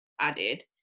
added